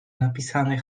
napisane